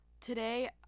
today